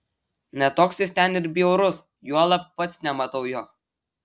ne toks jis ten ir bjaurus juolab pats nematau jo